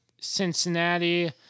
Cincinnati